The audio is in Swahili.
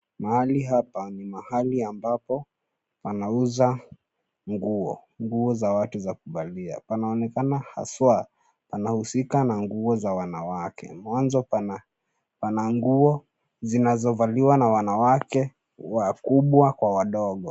Mahali hapa ni mahali ambapo panauzwa nguo za watu za kuvalia. Panaonekana hasa panahusika na nguo za wanawake. Mwanzo pana nguo zinazovaliwa na wanawake wakubwa kwa wadogo.